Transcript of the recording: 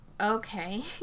okay